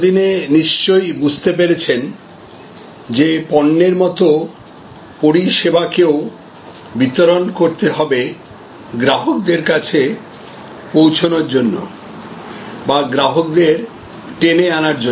এতদিনে নিশ্চ়ই বুঝতে পেরেছেন যে পন্যের মত পরিষেবাকেও বিতরণ করতে হবে গ্রাহকদের কাছে পৌঁছানোর জন্যবা গ্রাহকদের টেনে আনার জন্য